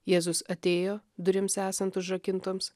jėzus atėjo durims esant užrakintoms